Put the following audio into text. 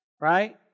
right